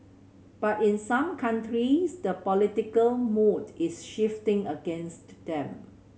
but in some countries the political mood is shifting against them